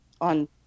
on